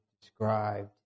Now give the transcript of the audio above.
described